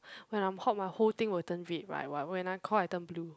when I'm hot my whole thing will turn red right when I'm cold I turn blue